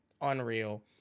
Unreal